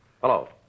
Hello